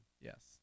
Yes